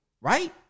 Right